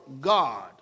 God